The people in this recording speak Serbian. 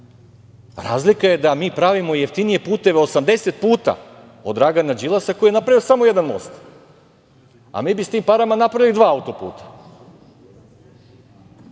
Razlika je da mi pravimo jeftinije puteve 80 puta od Dragana Đilasa koji je napravio samo jedan most, a mi bismo sa tim parama napravili dva auto-puta.